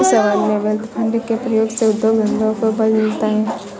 sovereign wealth fund के प्रयोग से उद्योग धंधों को बल मिलता है